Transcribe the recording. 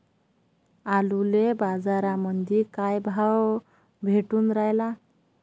आलूले बाजारामंदी काय भाव भेटून रायला?